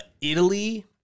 Italy